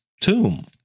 tomb